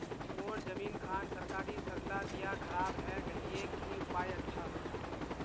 मोर जमीन खान सरकारी सरला दीया खराब है गहिये की उपाय अच्छा?